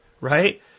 right